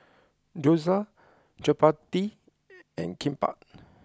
Gyoza Chapati and Kimbap